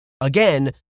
again